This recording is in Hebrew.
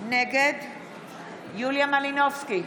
נגד יוליה מלינובסקי,